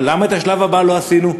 אבל למה את השלב הבא לא עשינו,